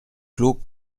clos